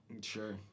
Sure